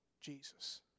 Jesus